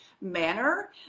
manner